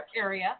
area